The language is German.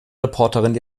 reporterin